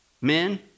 men